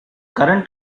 current